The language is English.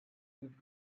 with